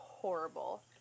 Horrible